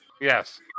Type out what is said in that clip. Yes